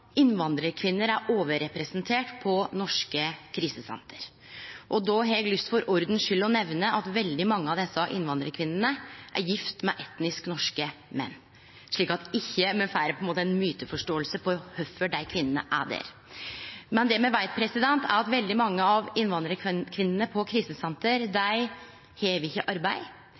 innvandrarkvinner er overrepresenterte på norske krisesenter. Eg har lyst til – for ordens skuld – å nemne at veldig mange av desse innvandrarkvinnene er gifte med etnisk norske menn, slik at me ikkje får ei myteforståing av kvifor dei kvinnene er der. Det me veit, er at veldig mange av innvandrarkvinnene på krisesenter har ikkje arbeid. Dei har ikkje